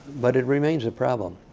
but it remains a problem.